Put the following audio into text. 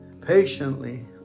patiently